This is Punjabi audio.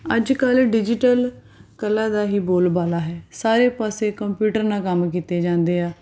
ਅੱਜ ਕੱਲ੍ਹ ਡਿਜੀਟਲ ਕਲਾ ਦਾ ਹੀ ਬੋਲਬਾਲਾ ਹੈ ਸਾਰੇ ਪਾਸੇ ਕੰਪਿਊਟਰ ਨਾਲ ਕੰਮ ਕੀਤੇ ਜਾਂਦੇ ਆ